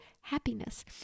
happiness